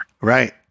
Right